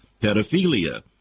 pedophilia